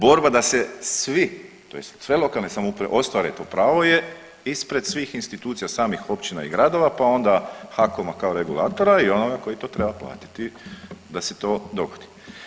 Borba da se svi tj. sve lokalne samouprave ostare to pravo je ispred svih institucija samih općina i gradova pa onda HAKOM- kao regulatora i onoga koji to treba platiti da se to dogodi.